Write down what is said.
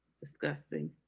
Disgusting